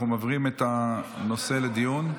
אנחנו מעבירים את הנושא לדיון.